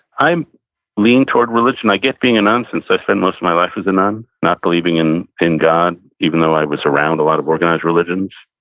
i lean toward religion. i get being a, none, since i spent most of my life as a, none, not believing in in god even though i was around a lot of organized religions.